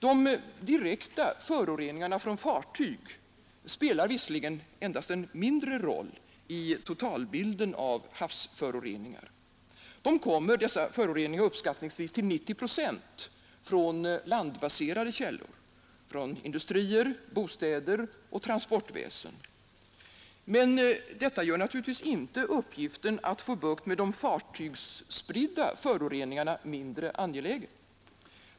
De direkta föroreningarna från fartyg spelar visserligen endast en mindre roll i totalbilden av havsföroreningarna. Dessa kommer uppskattningsvis till 90 procent från landbaserade källor, från industrier, bostäder och transportväsen. Men detta gör naturligtvis inte uppgiften att få bukt med de fartygsspridda föroreningarna mindre angelägen.